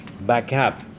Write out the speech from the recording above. backup